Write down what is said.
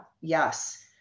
Yes